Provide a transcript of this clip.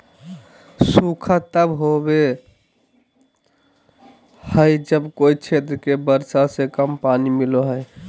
सूखा तब होबो हइ जब कोय क्षेत्र के वर्षा से कम पानी मिलो हइ